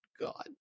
God